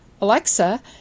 Alexa